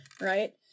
right